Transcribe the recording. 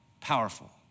powerful